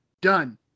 done